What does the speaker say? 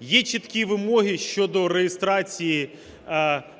Є чіткі вимоги щодо реєстрації